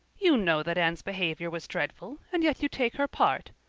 you know that anne's behavior was dreadful, and yet you take her part!